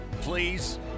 please